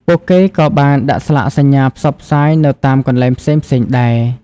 ពួកគេក៏បានដាក់ស្លាកសញ្ញាផ្សព្វផ្សាយនៅតាមកន្លែងផ្សេងៗដែរ។